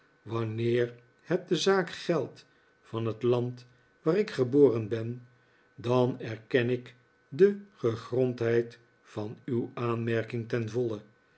wanneer het de zaak geldt van het land waar ik geboren ben dan erken ik de gegrondheid van uw aanmerking ten voile